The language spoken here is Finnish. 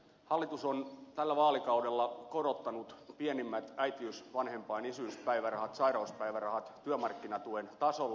hallitus on tällä vaalikaudella korottanut pienimmät äitiys vanhempain isyyspäivärahat sairauspäivärahat työmarkkinatuen tasolle